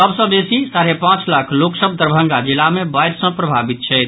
सभ सँ बेसी साढ़े पांच लाख लोक सभ दरभंगा जिला मे बाढ़ि सँ प्रभावित छथि